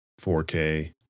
4K